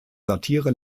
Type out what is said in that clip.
satire